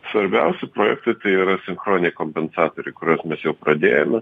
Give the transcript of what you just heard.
svarbiausi projektai tai yra sinchroniniai kompensatoriai kuriuos mes jau pradėjome